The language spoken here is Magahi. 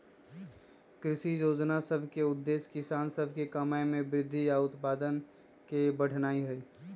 कृषि जोजना सभ के उद्देश्य किसान सभ के कमाइ में वृद्धि आऽ उत्पादन के बढ़ेनाइ हइ